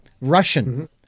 Russian